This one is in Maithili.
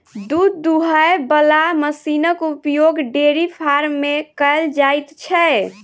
दूध दूहय बला मशीनक उपयोग डेयरी फार्म मे कयल जाइत छै